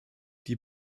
die